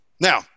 now